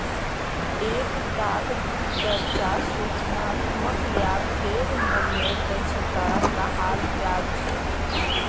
एक टाक चर्चा सूचनात्मक या फेर मूल्य दक्षता कहाल जा छे